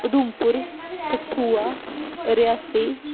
Udhampur Kathua Reasi